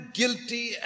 guilty